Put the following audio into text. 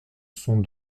sont